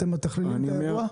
אתם מתכללים את האירוע?